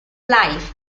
life